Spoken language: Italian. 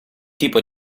tipo